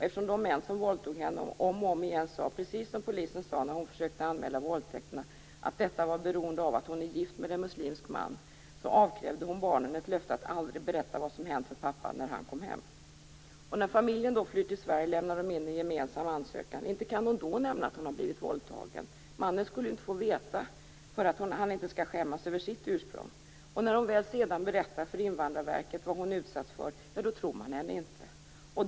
Eftersom de män som våldtog henne om och om igen sade precis som polisen sade när hon försökte anmäla våldtäkterna, att detta var beroende av att hon är gift med en muslimsk man, så avkrävde hon barnen ett löfte att aldrig berätta vad som hänt för pappan när han kom hem. När familjen sedan flyr till Sverige lämnar de in en gemensam ansökan. Inte kan hon då nämna att hon har blivit våldtagen. Mannen skulle ju inte få veta för att han inte skall skämmas över sitt ursprung. När hon väl sedan berättar för Invandrarverkets tjänstemän vad hon utsatts för tror man henne inte.